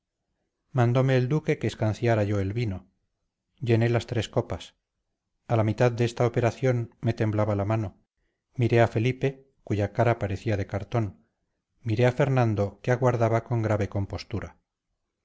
mandome el duque que escanciara yo el vino llené las tres copas a la mitad de esta operación me temblaba la mano miré a felipe cuya cara parecía de cartón miré a fernando que aguardaba con grave compostura